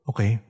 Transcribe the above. Okay